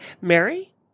Mary